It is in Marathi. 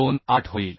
28 होईल